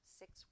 six